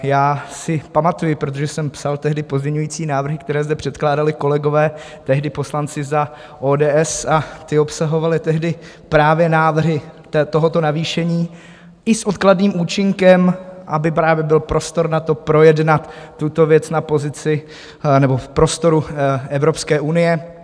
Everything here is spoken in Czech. Já si pamatuji, protože jsem psal tehdy pozměňovací návrhy, které zde předkládali kolegové, tehdy poslanci za ODS, a ty obsahovaly tehdy právě návrhy tohoto navýšení i s odkladným účinkem, aby právě byl prostor na to, projednat tuto věc na pozici nebo v prostoru Evropské unie.